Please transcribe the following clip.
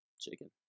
chicken